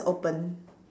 open